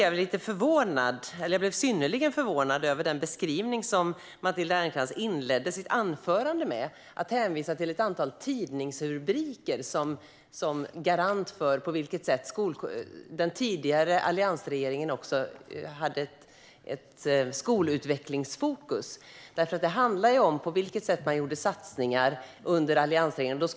Jag blev synnerligen förvånad över den beskrivning som Matilda Ernkrans inledde sitt anförande med. Hon hänvisade till ett antal tidningsrubriker som garant för hur den tidigare alliansregeringen hade ett skolutvecklingsfokus. Det handlade om på vilket sätt man gjorde satsningar under alliansregeringen.